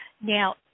Now